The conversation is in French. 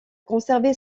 conservé